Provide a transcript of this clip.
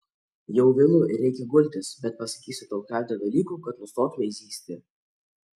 jau vėlu ir reikia gultis bet pasakysiu tau keletą dalykų kad nustotumei zyzti